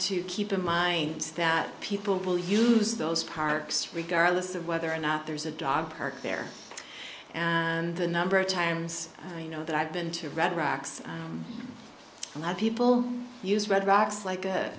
to keep in mind that people will use those parks regardless of whether or not there's a dog park there and the number of times you know that i've been to red rocks and that people use red rocks like